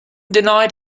denied